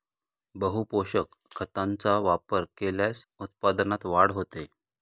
बहुपोषक खतांचा वापर केल्यास उत्पादनात वाढ होते